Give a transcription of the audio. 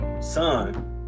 son